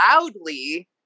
loudly